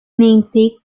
namesake